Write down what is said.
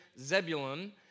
Zebulun